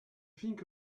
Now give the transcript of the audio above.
think